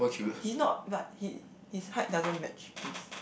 he's not but he his height doesn't match his